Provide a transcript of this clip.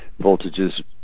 voltages